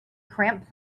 cramped